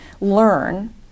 learn